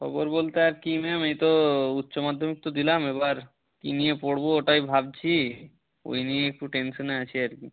খবর বলতে আর কি ম্যাম এই তো উচ্চমাধ্যমিক তো দিলাম এবার কী নিয়ে পড়ব ওটাই ভাবছি ওই নিয়েই একটু টেনশনে আছি আর কি